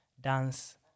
dance